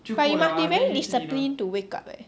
but you must be very disciplined to wake up leh